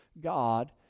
God